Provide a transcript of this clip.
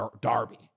Darby